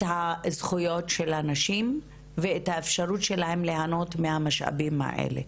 הזכויות של הנשים ואת האפשרות שלהן ליהנות מהמשאבים האלה.